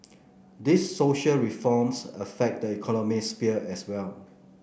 these social reforms affect the economic sphere as well